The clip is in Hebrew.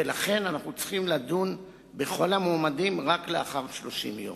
ולכן אנחנו צריכים לדון בכל המועמדים רק לאחר 30 יום.